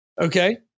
Okay